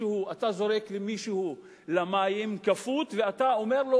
שאתה זורק למים מישהו כפות ואתה אומר לו,